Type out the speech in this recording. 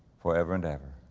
forever and ever.